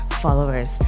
followers